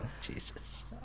Jesus